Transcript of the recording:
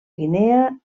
guinea